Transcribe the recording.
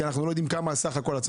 כי אנחנו לא יודעים כמה סך הכל.